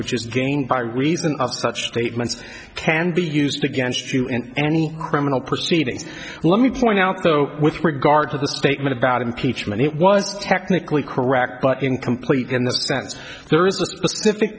which is gained by reason of such statements can be used against you in any criminal proceedings let me point out though with regard to the statement about impeachment it was technically correct but incomplete in the sense there is a specific